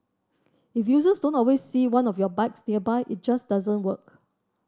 if users don't always see one of your bikes nearby it just doesn't work